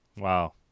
Wow